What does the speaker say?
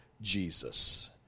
Jesus